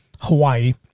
Hawaii